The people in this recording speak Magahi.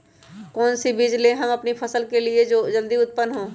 कौन सी बीज ले हम अपनी फसल के लिए जो जल्दी उत्पन हो?